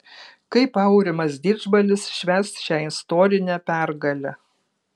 kaip aurimas didžbalis švęs šią istorinę pergalę